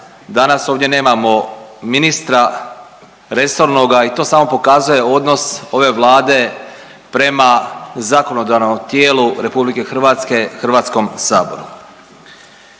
danas ovdje nemamo ministra resornoga i to samo pokazuje odnos ove Vlade prema zakonodavnom tijelu RH Hrvatskom saboru.